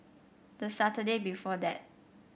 the Saturday before that